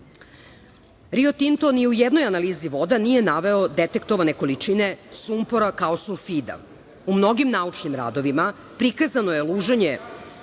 Tinto ni u jednoj analizi voda nije naveo detektovane količine sumpora kao sulfida. U mnogim naučnim radovima prikazano je luženje